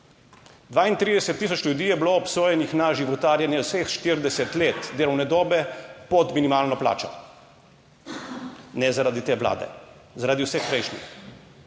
32 tisoč ljudi je bilo obsojenih na životarjenje vseh 40 let delovne dobe pod minimalno plačo. Ne zaradi te Vlade, zaradi vseh prejšnjih,